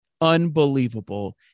Unbelievable